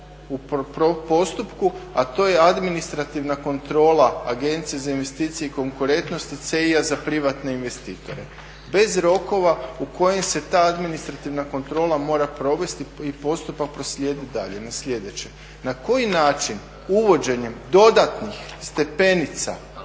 u postupku, a to je administrativna kontrola Agencije za investicije i konkurentnost …/Govornik se ne razumije./… za privatne investitore bez rokova u kojim se ta administrativna kontrola mora provesti i postupak proslijediti dalje na sljedeće. Na koji način uvođenjem dodatnih stepenica